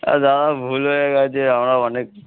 আর দাদা ভুল হয়ে গেছে আমরা অনেক